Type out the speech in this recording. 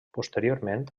posteriorment